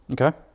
Okay